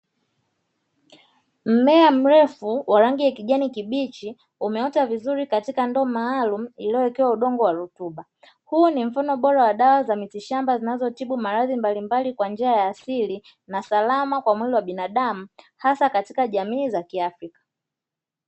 Mmea mrefu wa rangi ya kijani kibichi umeota vizuri katika ndoo maalumu ulio wekewa udongo maalumu huu ni mti bola unao tibu magonjwa ya asili na salama kwa mwili wa binadamu. Hasa katika jamiii za kiafrika.